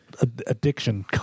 addiction